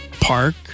park